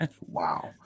wow